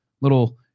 little